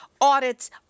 audits